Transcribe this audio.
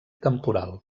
temporal